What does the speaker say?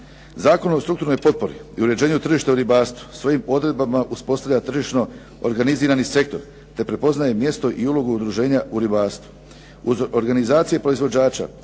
Zakon o strukturnoj potpori u uređenje tržišta u ribarstvu svojim odredbama uspostavlja tržišno organizirani sektor, te prepoznaje mjesto i ulogu udruženja u ribarstvu.